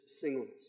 singleness